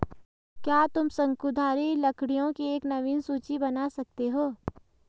क्या तुम शंकुधारी लकड़ियों की एक नवीन सूची बना सकते हो?